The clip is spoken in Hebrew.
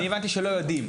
אני הבנתי שלא יודעים.